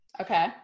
Okay